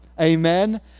Amen